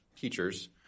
teachers